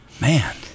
man